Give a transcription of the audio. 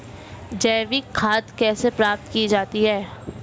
जैविक खाद कैसे प्राप्त की जाती है?